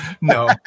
no